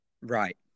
right